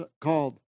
called